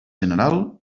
general